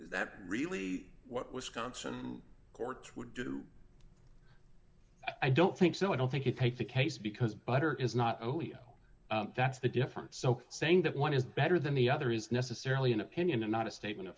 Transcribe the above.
that really what was consonant courts would do i don't think so i don't think you take the case because butter is not oh you know that's the difference so saying that one is better than the other is necessarily an opinion and not a statement